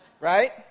Right